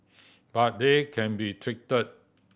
but they can be treated